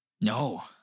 No